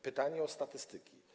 Pytanie o statystyki.